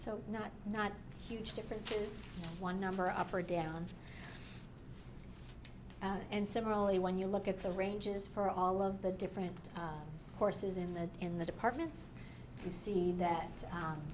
so not not huge differences one number up or down and similarly when you look at the ranges for all of the different courses in the in the departments you see that